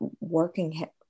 working